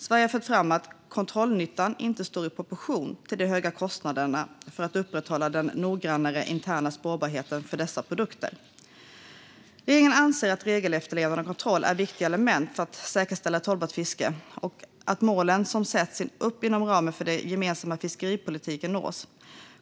Sverige har fört fram att kontrollnyttan inte står i proportion till de höga kostnaderna för att upprätthålla den noggrannare interna spårbarheten för dessa produkter. Regeringen anser att regelefterlevnad och kontroll är viktiga element för att säkerställa ett hållbart fiske och att målen som sätts upp inom ramen för den gemensamma fiskeripolitiken nås.